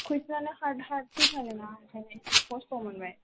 कुइस'नआनो hard hard फैथारोना बेनिखायनो एसे खस्त' मोनबाय